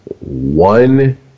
one